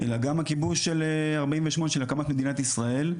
אלא גם הכיבוש של 1948 של הקמת מדינת ישראל,